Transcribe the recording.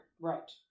right